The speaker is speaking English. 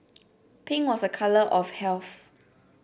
pink was a colour of health